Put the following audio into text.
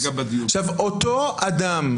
אותו אדם,